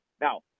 Now